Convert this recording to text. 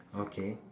okay